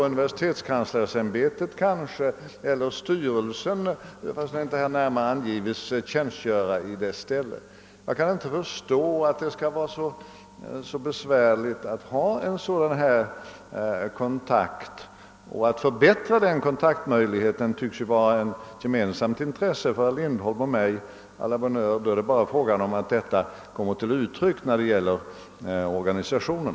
Universitetskanslersämbetet eller styrelsen får väl då, fastän det inte närmare anges, tjänstgöra som förmedlare. Jag kan inte förstå att det skall vara så besvärligt att ta kontakt med användarna. Att dessa kontakter skall förbättras tycks ju vara av gemensamt in tresse för herr Lindholm och mig. A la bonne heure, då är det bara fråga om att detta får komma till uttryck i organisationen.